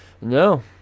No